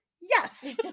Yes